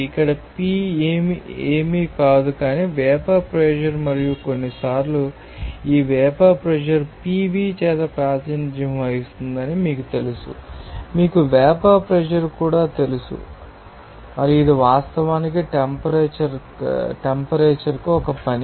ఇక్కడ P ఏమీ కాదు కానీ వేపర్ ప్రెషర్ మరియు కొన్నిసార్లు ఈ వేపర్ ప్రెషర్ Pv చేత ప్రాతినిధ్యం వహిస్తుందని మీకు తెలుసు మీకు వేపర్ ప్రెషర్ కూడా తెలుసు మరియు ఇది వాస్తవానికి టెంపరేచర్యొక్క పని